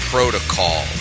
Protocol